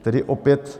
Tedy opět.